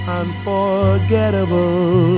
unforgettable